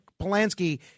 Polanski